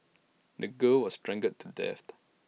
the girl was strangled to death